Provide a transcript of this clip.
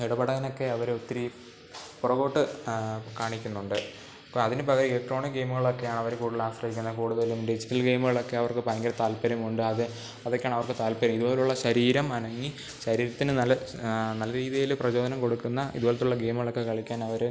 ഇടപെടാനൊക്കെ അവർ ഒത്തിരി പുറകോട്ട് കാണിക്കുന്നുണ്ട് അതിന് പകരം ഇലക്ട്രോണിക് ഗെയിമുകളൊക്കെയാണ് അവർ കൂടുതൽ ആശ്രയിക്കുന്നത് കൂടുതലും ഡിജിറ്റൽ ഗെയിമുകളൊക്കെ അവർക്ക് ഭയങ്കര താല്പര്യമുണ്ട് അത് അതൊക്കെയാണ് അവർക്ക് താൽപ്പര്യം ഇതുപോലുള്ള ശരീരം അനങ്ങി ശരീരത്തിന് നല്ല നല്ല രീതിയിൽ പ്രചോദനം കൊടുക്കുന്ന ഇതുപോലെത്തെ ഉള്ള ഗെയിമുകളൊക്കെ കളിക്കാൻ അവർ